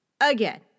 Again